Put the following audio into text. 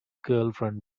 girlfriend